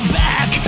back